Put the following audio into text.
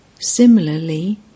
Similarly